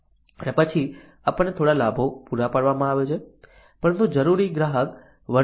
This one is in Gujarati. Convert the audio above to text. અને પછી આપણને થોડા લાભો પૂરા પાડવામાં આવે છે પરંતુ જરૂરી ગ્રાહક વર્તનમાં ફેરફાર પણ ઓછો છે